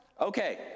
Okay